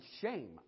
shame